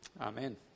amen